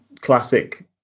classic